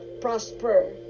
prosper